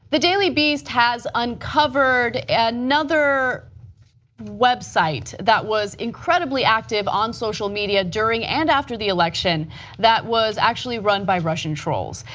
the daily beast has uncovered and another website that was incredibly active on social media during and after the election that was actually run by russian trolls.